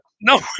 no